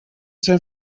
zijn